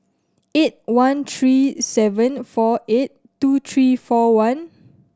eight one three seven four eight two three four one